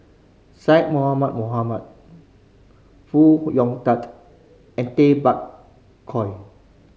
Syed Mohamed Mohamed Foo Hong Tatt and Tay Bak Koi